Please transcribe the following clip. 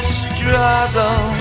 struggle